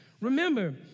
Remember